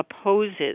opposes